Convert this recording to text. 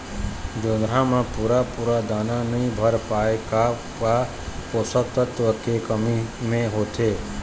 जोंधरा म पूरा पूरा दाना नई भर पाए का का पोषक तत्व के कमी मे होथे?